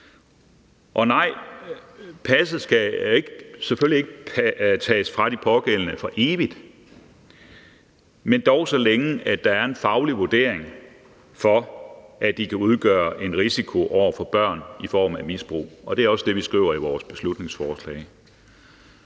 Og nej, passet skal selvfølgelig ikke tages fra de pågældende for evigt, men dog så længe at der er en faglig vurdering, som viser, at de kan udgøre en risiko over for børn i form af misbrug. Og det er også det, vi skriver i vores beslutningsforslag.